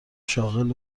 شاغل